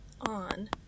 on